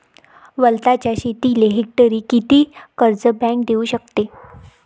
वलताच्या शेतीले हेक्टरी किती कर्ज बँक देऊ शकते?